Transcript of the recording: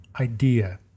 idea